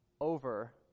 over